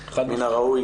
מן הראוי